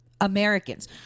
Americans